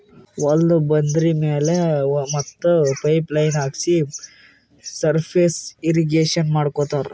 ಹೊಲ್ದ ಬಂದರಿ ಮ್ಯಾಲ್ ಮತ್ತ್ ಪೈಪ್ ಲೈನ್ ಹಾಕ್ಸಿ ಸರ್ಫೇಸ್ ಇರ್ರೀಗೇಷನ್ ಮಾಡ್ಕೋತ್ತಾರ್